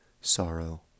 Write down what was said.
sorrow